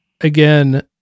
again